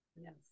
Yes